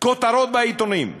כותרות בעיתונים.